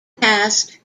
cast